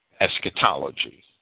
eschatology